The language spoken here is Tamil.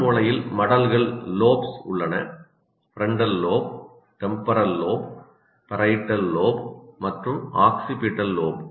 பெருமூளையில் மடல்கள் உள்ளன frontal lobe temporal lobe parietal lobe மற்றும் ஆக்ஸிபிடல் லோப்